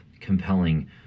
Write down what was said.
compelling